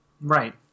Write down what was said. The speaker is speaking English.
Right